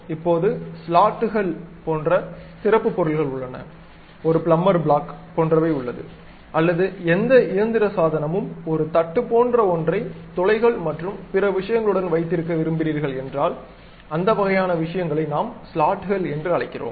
இப்போது ஸ்லாட்டுகள் போன்ற சிறப்புப் பொருள்கள் உள்ளன ஒரு பிளம்பர் பிளாக் போன்றவை உள்ளது அல்லது எந்த இயந்திர சாதனமும் ஒரு தட்டு போன்ற ஒன்றை துளைகள் மற்றும் பிற விஷயங்களுடன் வைத்திருக்க விரும்புகிறீர்கள் என்றால் அந்த வகையான விஷயங்களை நாம் ஸ்லாட்டுகள் என்று அழைக்கிறோம்